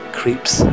creeps